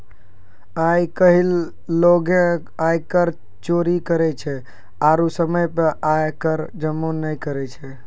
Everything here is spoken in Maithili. आइ काल्हि लोगें आयकर चोरी करै छै आरु समय पे आय कर जमो नै करै छै